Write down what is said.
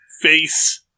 face-